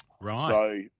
Right